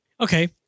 Okay